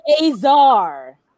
Azar